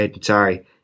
sorry